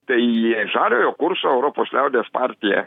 tai žaliojo kurso europos liaudies partija